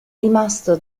rimasto